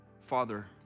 father